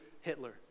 Hitler